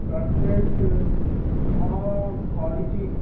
blood test ହଁ କରିଛି